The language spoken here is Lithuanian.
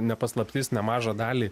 ne paslaptis nemažą dalį